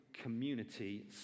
community